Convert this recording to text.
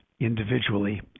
individually